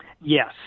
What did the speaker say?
Yes